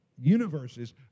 universes